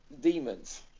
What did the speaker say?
demons